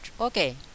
Okay